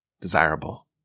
desirable